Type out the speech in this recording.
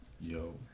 Yo